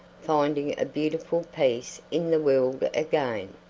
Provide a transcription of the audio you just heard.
finding a beautiful peace in the world again.